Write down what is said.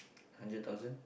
hundred thousand